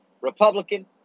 Republican